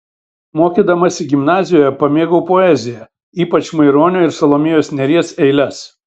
mokydamasi gimnazijoje pamėgau poeziją ypač maironio ir salomėjos nėries eiles